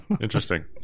interesting